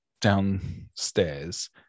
downstairs